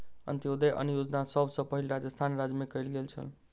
अन्त्योदय अन्न योजना सभ सॅ पहिल राजस्थान राज्य मे कयल गेल छल